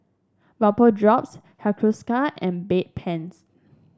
Bapodrops Hiruscar and Bedpans